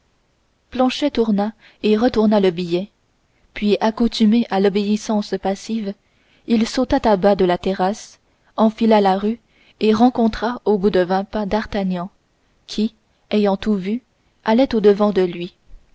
planchet tourna et retourna le billet puis accoutumé à l'obéissance passive il sauta à bas de la terrasse enfila la ruelle et rencontra au bout de vingt pas d'artagnan qui ayant tout vu allait au-devant de lui